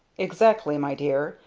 exactly, my dear.